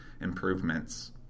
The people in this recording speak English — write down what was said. improvements